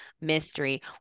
mystery